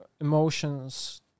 emotions